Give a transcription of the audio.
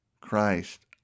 Christ